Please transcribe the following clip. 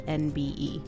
nbe